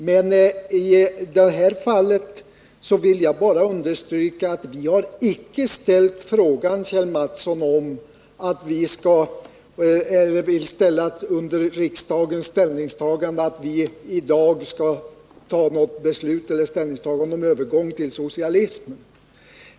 Men i det här fallet vill jag bara understryka, Kjell Mattsson, att vi icke har begärt beslut eller ställningstagande till frågan om socialism i dag.